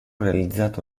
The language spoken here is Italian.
realizzato